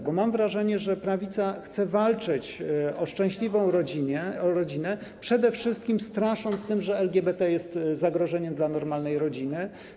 Bo mam wrażenie, że prawica chce walczyć o szczęśliwą rodzinę, przede wszystkim strasząc tym, że LGBT jest zagrożeniem dla normalnej rodziny.